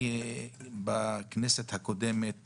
בכנסת הקודמת